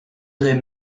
irait